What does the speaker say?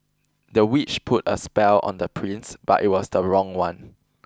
the witch put a spell on the prince but it was the wrong one